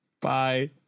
Bye